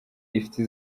ifite